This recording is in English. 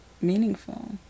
meaningful